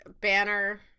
banner